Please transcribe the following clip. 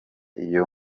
iyo